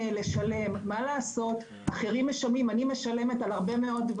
אני מפצירה בך שלא לאשר את ההצעה הזאת שהצעת,